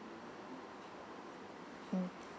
mm